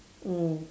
mm